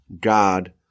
God